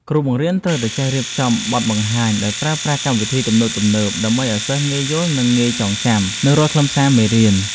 គ្រូបង្រៀនត្រូវតែចេះរៀបចំបទបង្ហាញដោយប្រើប្រាស់កម្មវិធីទំនើបៗដើម្បីឱ្យសិស្សងាយយល់និងងាយចងចាំនូវរាល់ខ្លឹមសារមេរៀន។